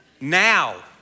Now